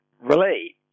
relay